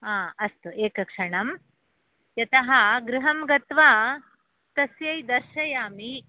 हा अस्तु एकक्षणं यतः गृहं गत्वा तस्यै दर्शयामि